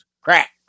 Crack